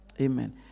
Amen